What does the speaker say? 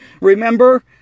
Remember